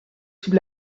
sous